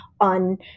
on